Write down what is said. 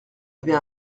avait